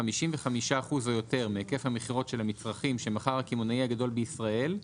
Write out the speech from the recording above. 55% או יותר מהיקף המכירות של המצרכים שמכר הקמעונאי הגדול בישראל,